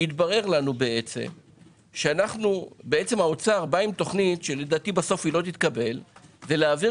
התברר לנו שהאוצר בא עם תוכנית שלדעתי בסוף לא תתקבל ולהעביר